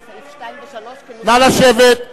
נא לשבת.